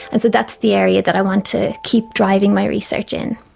and so that's the area that i want to keep driving my research in.